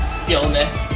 stillness